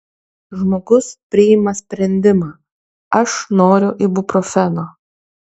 žmogus priima sprendimą aš noriu ibuprofeno